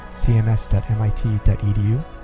cms.mit.edu